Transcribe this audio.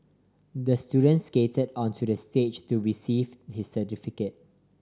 the student skated onto the stage to receive his certificate